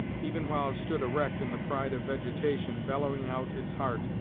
even while it stood erect in the pride of vegetation, bellowing out its heart,